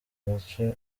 gace